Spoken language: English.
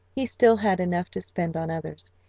he still had enough to spend on others,